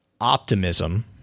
optimism